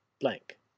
blank